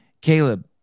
caleb